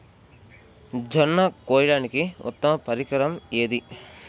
జొన్న కోయడానికి ఉత్తమ పరికరం ఏది?